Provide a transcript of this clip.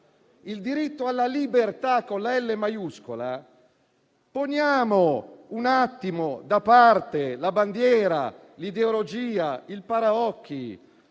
il diritto alla libertà con la L maiuscola, poniamo un attimo da parte la bandiera, l'ideologia e il paraocchi.